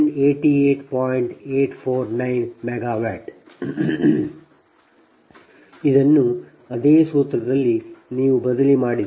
849 MW ಅನ್ನು ಅದೇ ಸೂತ್ರದಲ್ಲಿ ನೀವು ಬದಲಿ ಮಾಡಿದ್ದೀರಿ